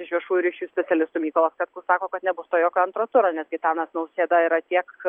iš viešųjų ryšių specialistų mykolas katkus sako kad nebus to jokio antro turo nes gitanas nausėda yra tiek